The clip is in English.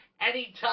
anytime